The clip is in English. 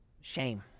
Shame